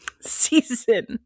season